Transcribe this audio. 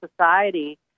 society